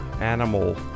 animal